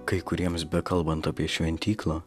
kai kuriems bekalbant apie šventyklą